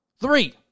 Three